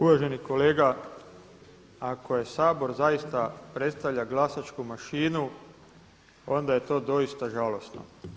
Uvaženi kolega, ako Sabor zaista predstavlja glasačku mašinu, onda je to doista žalosno.